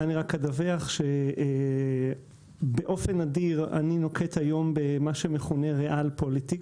רק אדווח באופן נדיר אני נוקט היום במה שמכונה בריאל פוליטיק.